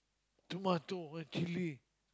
tomato ah chilli